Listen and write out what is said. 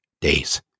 days